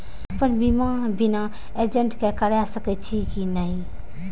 अपन बीमा बिना एजेंट के करार सकेछी कि नहिं?